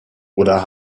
oder